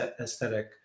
aesthetic